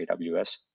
AWS